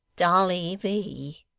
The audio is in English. dolly v,